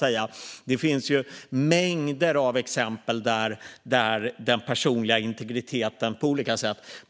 Det finns mängder av exempel där den personliga integriteten måste inskränkas på olika sätt.